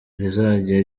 rizajya